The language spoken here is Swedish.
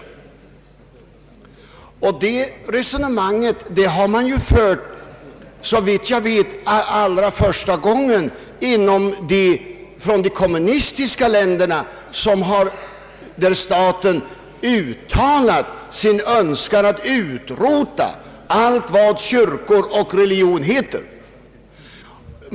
Det resonemanget har såvitt jag vet från början förts i de kommunistiska länderna, där staten uttalar sin önskan att utrota allt vad kyrkor och religion heter.